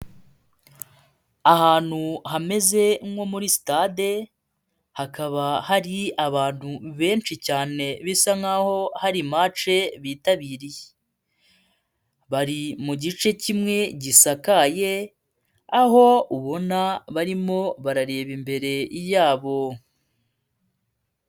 Ahantu hameze nko muri sitade hakaba hari abantu benshi cyane bisa nk'aho hari mace bitabiriye, bari mu gice kimwe gisakaye aho ubona barimo barareba imbere yabo.